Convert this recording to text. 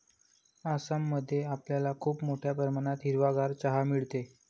आसाम मध्ये आपल्याला खूप मोठ्या प्रमाणात हिरवागार चहा मिळेल